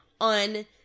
On